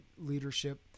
leadership